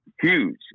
Huge